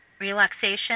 relaxation